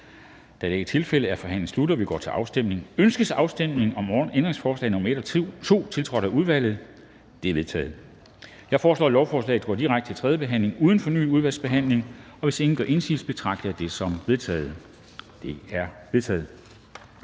Afstemning Formanden (Henrik Dam Kristensen): Ønskes afstemning om ændringsforslag nr. 1, tiltrådt af udvalget? Det er vedtaget. Jeg foreslår, at lovforslaget går direkte til tredje behandling uden fornyet udvalgsbehandling. Hvis ingen gør indsigelse, betragter jeg det som vedtaget. Det er vedtaget.